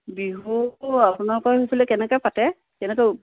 বিহু আপোনালোকৰ সেইফালে কেনেকৈ পাতে কেনেকৈ